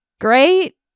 great